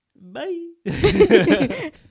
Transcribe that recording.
Bye